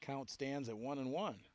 count stands at one and one